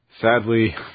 Sadly